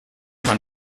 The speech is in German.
man